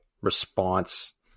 response